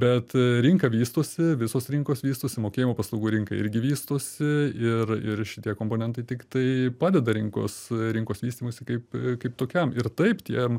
bet rinka vystosi visos rinkos vystosi mokėjimo paslaugų rinka irgi vystosi ir ir šitie komponentai tiktai padeda rinkos rinkos vystymuisi kaip kaip tokiam ir taip tiem